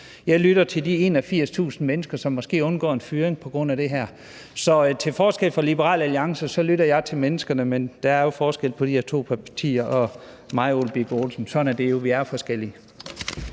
Jeg lytter til de 81.000 mennesker, som måske undgår en fyring på grund af det her. Så til forskel fra Liberal Alliance lytter jeg til menneskerne, men der er jo forskel på de her to partier og på mig og hr. Ole Birk Olesen. Sådan er det jo. Vi er forskellige.